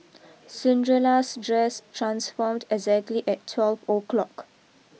Cinderella's dress transformed exactly at twelve O'clock